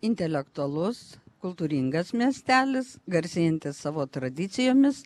intelektualus kultūringas miestelis garsėjantis savo tradicijomis